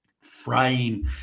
frame